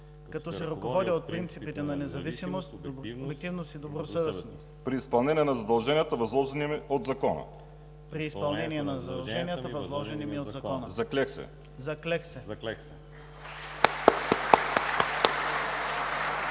като се ръководя от принципите на независимост, обективност и добросъвестност при изпълнение на задълженията, възложени ми от закона. Заклех се!“